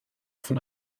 von